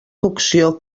cocció